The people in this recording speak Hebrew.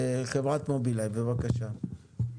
חברת מובילאיי, בבקשה.